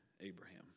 Abraham